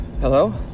Hello